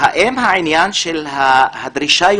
האם הדרישה,